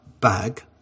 bag